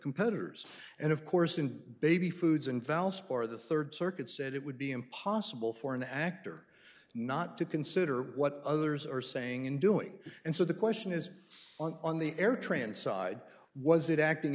competitors and of course in baby foods and valves for the third circuit said it would be impossible for an actor not to consider what others are saying and doing and so the question is on the air tran side was it acting